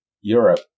Europe